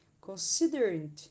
Considering